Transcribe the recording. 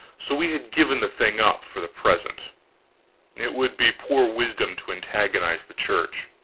so we had given the thing up, for the present it would be poor wisdom to antagonize the church.